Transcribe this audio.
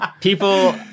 people